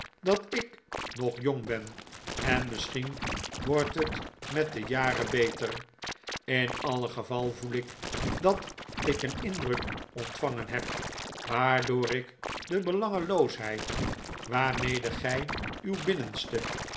dat ik nog jong ben en misschien wordt het met de jaren beter in alle geval voel ik dat ik een indruk ontvangen heb waardoor ik de belangeloosheid waarmede gy uw binnenste